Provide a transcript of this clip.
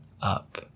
up